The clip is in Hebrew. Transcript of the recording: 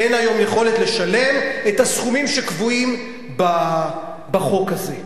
אין היום יכולת לשלם את הסכומים שקבועים בחוק הזה.